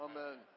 Amen